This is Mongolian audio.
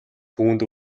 түүнд